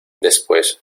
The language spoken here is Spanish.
después